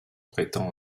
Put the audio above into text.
prétend